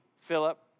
Philip